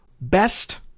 best